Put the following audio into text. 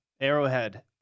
arrowhead